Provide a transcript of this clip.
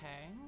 okay